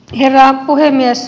herra puhemies